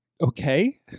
Okay